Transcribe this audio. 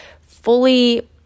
fully